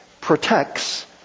protects